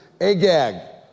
Agag